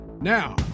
Now